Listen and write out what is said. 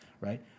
right